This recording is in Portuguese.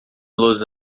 los